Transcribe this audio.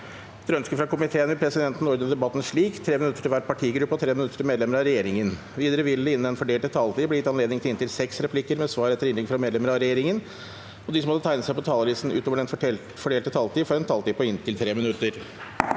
ønske fra næringsko- miteen vil presidenten ordne debatten slik: 3 minutter til hver partigruppe og 3 minutter til medlemmer av regjeringen. Videre vil det – innenfor den fordelte taletid – bli gitt anledning til inntil seks replikker med svar etter innlegg fra medlemmer av regjeringen, og de som måtte tegne seg på talerlisten utover den fordelte taletid, får også en taletid på inntil 3 minutter.